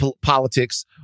politics